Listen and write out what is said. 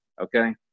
okay